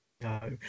No